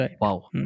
Wow